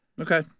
Okay